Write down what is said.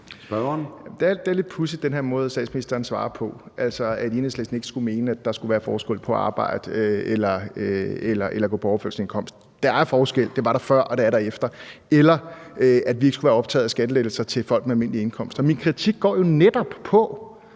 på, er lidt pudsig, altså ved at sige, at Enhedslisten ikke skulle mene, at der skal være forskel at arbejde og at være på overførselsindkomst – der er forskel; det var der før, og det er der efter – eller at vi ikke skulle være optaget af skattelettelser til folk med almindelige indkomster. Min kritik går jo netop på,